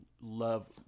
love